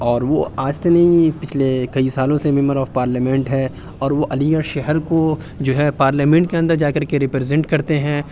اور وہ آج سے نہیں پچھلے کئی سالوں سے ممبر آف پارلیمنٹ ہے اور وہ علی گڑھ شہر کو جو ہے پارلیمنٹ کے اندر جا کر کے ریپرزنٹ کرتے ہیں